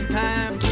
time